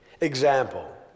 example